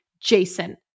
Jason